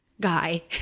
guy